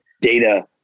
data